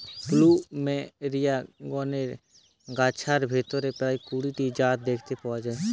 plumeria গণের গাছগার ভিতরে প্রায় কুড়ি টি জাত দেখতে পাওয়া যায়